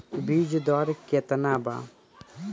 बीज दर केतना बा?